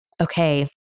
Okay